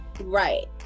Right